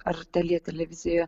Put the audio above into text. ar telia televizijoje